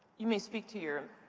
you may speak to your